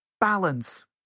balance